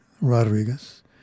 Rodriguez